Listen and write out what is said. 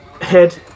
Head